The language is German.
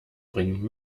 bringen